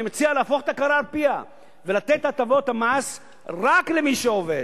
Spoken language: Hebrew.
אני מציע להפוך את הקערה על פיה ולתת את הטבות המס רק למי שעובד.